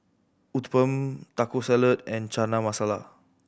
Uthapam Taco Salad and Chana Masala